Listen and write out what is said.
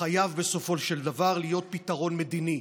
חייב בסופו של דבר להיות פתרון מדיני.